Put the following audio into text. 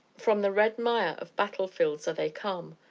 from the red mire of battlefields are they come,